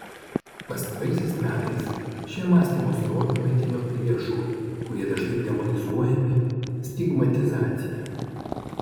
pastaraisiais metais šią mąstymo srovę maitino priešų kurie dažnai demonizuojami stigmatizacija